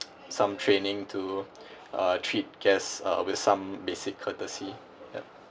some training to uh treat guests with some basic courtesy ya